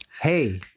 Hey